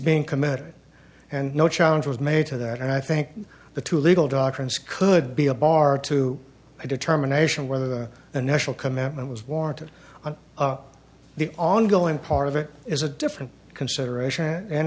being committed and no challenge was made to that and i think the two legal doctrines could be a bar to a determination whether the national commitment was warranted the ongoing part of it is a different consideration and